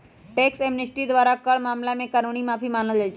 tax amnesty द्वारा कर मामला में कानूनी माफी मिल जाइ छै